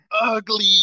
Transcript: ugly